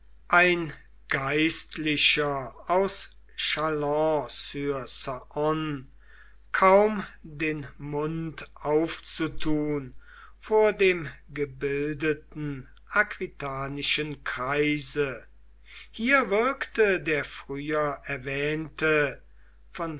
ein geistlicher aus chalon sur sane kaum den mund aufzutun vor dem gebildeten aquitanischen kreise hier wirkte der früher erwähnte von